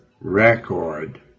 record